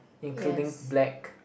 including black